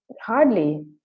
hardly